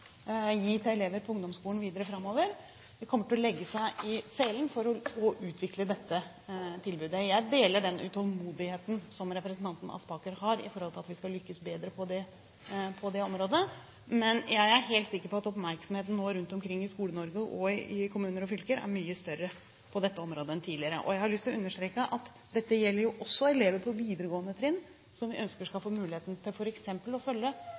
gi til elever på ungdomsskolen videre framover, vil komme til å legge seg i selen for å få utviklet dette tilbudet. Jeg deler den utålmodigheten som representanten Aspaker har i forhold til at vi skal lykkes bedre på det området, men jeg er helt sikker på at oppmerksomheten nå rundt omkring i Skole-Norge og i kommuner og fylker er mye større på dette området enn tidligere. Jeg har lyst til å understreke at dette gjelder også elever på videregående trinn, som vi ønsker skal få muligheten til f.eks. å følge